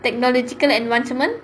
technological advancement